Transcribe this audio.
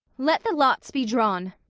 let the lots be drawn!